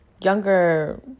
younger